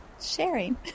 sharing